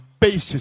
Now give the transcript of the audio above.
basis